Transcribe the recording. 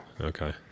Okay